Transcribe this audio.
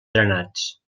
drenats